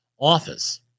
Office